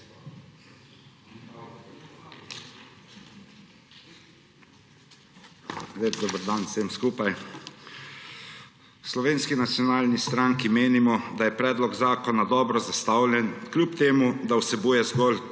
Lep dober dan vsem skupaj! V Slovenski nacionalni stranki menimo, da je predlog zakona dobro zastavljen, čeprav vsebuje zgolj